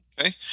Okay